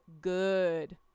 good